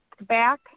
back